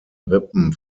rippen